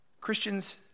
Christians